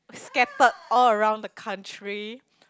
scattered all around the country